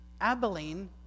Abilene